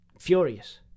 Furious